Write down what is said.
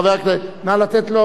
נא לתת לו רמקול.